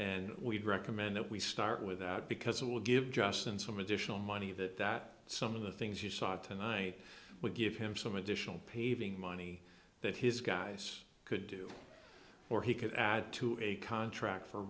and we'd recommend that we start with that because it will give justin some additional money that that some of the things you saw tonight would give him some additional paving money that his guys could do or he could add to a contract for